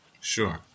Sure